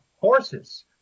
horses